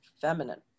feminine